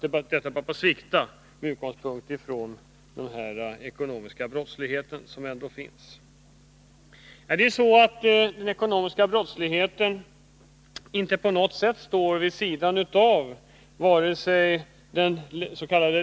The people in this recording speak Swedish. Denna brottslighet står inte på något sätt vid sidan av vare sig den